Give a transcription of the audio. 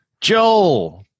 Joel